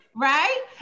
Right